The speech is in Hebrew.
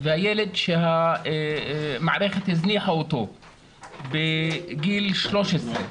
והילד שהמערכת הזניחה אותו בגיל 13,